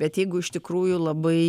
bet jeigu iš tikrųjų labai